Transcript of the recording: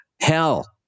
Hell